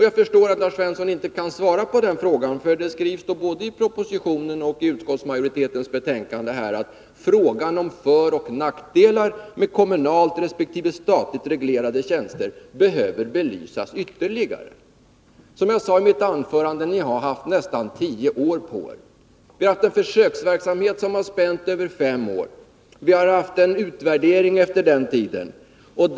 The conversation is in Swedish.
Jag förstår att Lars Svensson inte kan svara på den frågan, för både i propositionen och i utskottsmajoritetens betänkande skrivs det att föroch nackdelarna med kommunalt resp. statligt reglerade tjänster behöver belysas ytterligare. Som jag sade i mitt anförande har ni haft nästan tio år på er. Vi har haft en försöksverksamhet som har spänt över fem år och som efter denna tid har utvärderats.